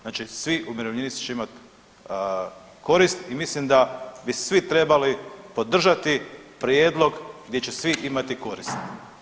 Znači svi umirovljenici će imati korist i mislim da bi svi trebali podržati prijedlog gdje će svi imati korist.